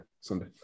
Sunday